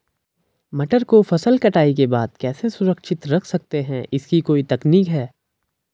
मटर को फसल कटाई के बाद कैसे सुरक्षित रख सकते हैं इसकी कोई तकनीक है?